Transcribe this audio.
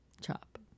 Chop